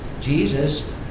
Jesus